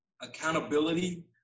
accountability